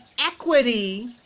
equity